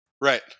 Right